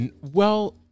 Well-